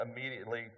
immediately